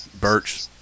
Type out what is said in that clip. Birch